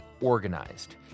organized